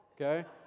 okay